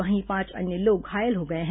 वहीं पांच अन्य लोग घायल हो गए हैं